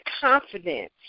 confidence